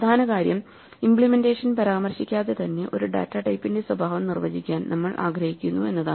പ്രധാന കാര്യം ഇമ്പ്ലിമെന്റേഷൻ പരാമർശിക്കാതെ തന്നെ ഒരു ഡാറ്റ ടൈപ്പിന്റെ സ്വഭാവം നിർവചിക്കാൻ നമ്മൾ ആഗ്രഹിക്കുന്നു എന്നതാണ്